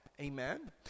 Amen